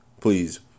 Please